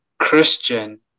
christian